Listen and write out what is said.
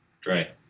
Dre